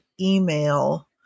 email